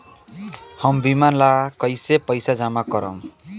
हम बीमा ला कईसे पईसा जमा करम?